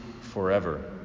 forever